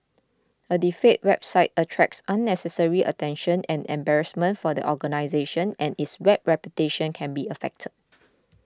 a defaced website attracts unnecessary attention and embarrassment for the organisation and its web reputation can be affected